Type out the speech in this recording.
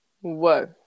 Whoa